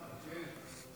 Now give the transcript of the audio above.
סעיפים 1 2